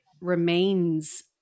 remains